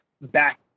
back